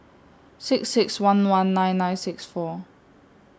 six six one one nine nine six four